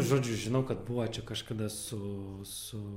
žodžiu žinau kad buvo čia kažkada su su